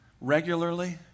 regularly